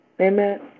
Amen